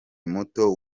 muto